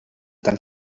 tan